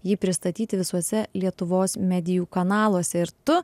jį pristatyti visuose lietuvos medijų kanaluose ir tu